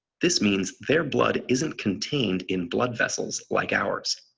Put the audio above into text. this means their blood isn't contained in blood vessels like ours.